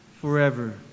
forever